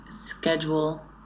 schedule